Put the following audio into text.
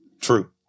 True